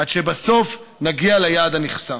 עד שבסוף נגיע ליעד הנכסף.